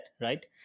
right